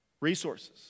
resources